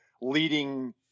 leading